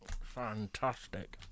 Fantastic